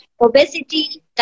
obesity